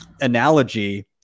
analogy